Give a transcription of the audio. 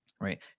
right